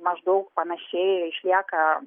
maždaug panašiai išlieka